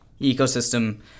ecosystem